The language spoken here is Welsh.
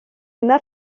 yna